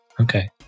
Okay